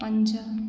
पंज